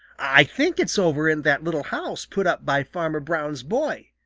i think it's over in that little house put up by farmer brown's boy,